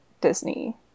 Disney